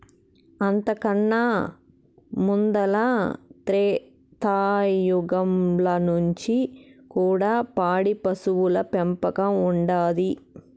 అంతకన్నా ముందల త్రేతాయుగంల నుంచి కూడా పాడి పశువుల పెంపకం ఉండాది